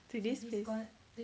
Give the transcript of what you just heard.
to this place